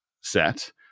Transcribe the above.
set